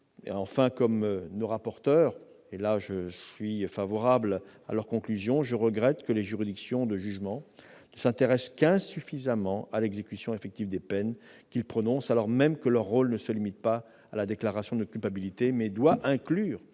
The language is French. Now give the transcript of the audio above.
Enfin, comme les rapporteurs- sur ce point, j'approuve leurs conclusions -, je regrette que les juridictions de jugement ne s'intéressent qu'insuffisamment à l'exécution effective des peines qu'elles prononcent, alors même que leur rôle ne se limite pas à la déclaration de culpabilité : il doit inclure